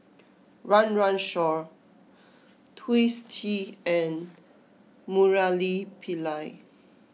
Run Run Shaw Twisstii and Murali Pillai